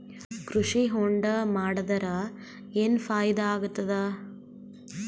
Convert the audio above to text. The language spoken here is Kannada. ಕೃಷಿ ಹೊಂಡಾ ಮಾಡದರ ಏನ್ ಫಾಯಿದಾ ಆಗತದ?